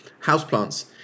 houseplants